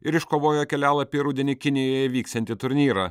ir iškovojo kelialapį į rudenį kinijoje vyksiantį turnyrą